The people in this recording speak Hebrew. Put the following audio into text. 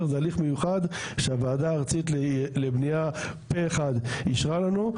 זה הליך מיוחד שהוועדה הארצית לבניה פה אחד אישרה לנו,